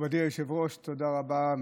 מכובדי היושב-ראש, תודה רבה.